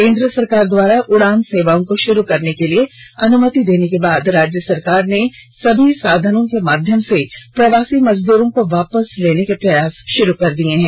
केंद्र सरकार द्वारा उड़ान सेवाओं को शुरू करने के लिए अनुमति देने के बाद राज्य सरकार ने सभी साधनों के माध्यम से प्रवासी मजदूरों को वापस लाने के प्रयास शुरू कर दिए हैं